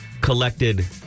collected